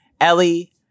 Ellie